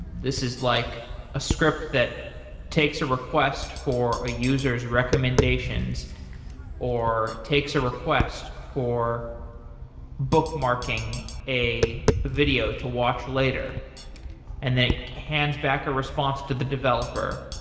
this is like a script that takes a request for a user s recommendations or takes a request for bookmarking a video to watch later and then it hands back a response to the developer.